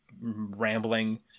rambling